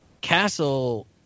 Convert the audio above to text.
Castle